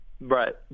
right